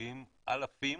מגיעים אלפים,